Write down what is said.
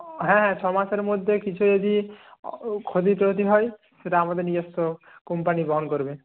হ্যাঁ ছমাসের মধ্যে কিছু যদি ক্ষতি টতি হয় সেটা আমাদের নিজস্ব কোম্পানি বহন করবে